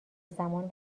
زمان